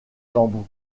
tambour